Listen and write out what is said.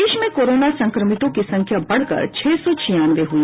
प्रदेश में कोरोना संक्रमितों की संख्या बढकर छह सौ छियानवे हुई